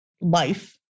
life